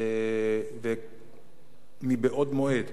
ומבעוד מועד,